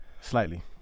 Slightly